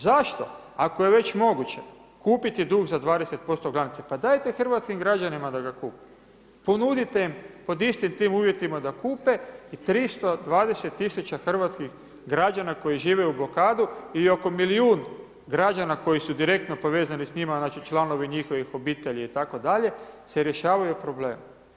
Zašto ako je već moguće kupiti duh za 20% glavnice, pa dajte hrvatskim građanima da ga kupe, ponudite im pod istim tim uvjetima da kupe i 320 tisuća hrvatskih građana koji žive u blokadi i oko milijun građana koji su direktno povezani s njima znači članovi njihovih obitelji itd. se rješavaju problema.